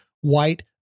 white